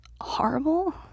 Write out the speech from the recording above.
horrible